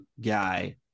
guy